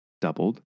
doubled